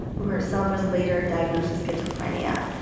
who herself was later diagnosis schizophrenia.